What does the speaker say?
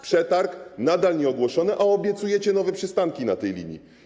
Przetarg nadal nie został ogłoszony, a obiecujecie nowe przystanki na tej linii.